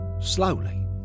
Slowly